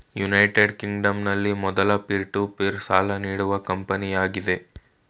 United ಕಿಂಗ್ಡಂನಲ್ಲಿ ಮೊದ್ಲ peer to peer ಸಾಲ ನೀಡುವ ಕಂಪನಿಯಾಗಿದೆ